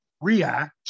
react